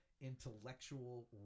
intellectual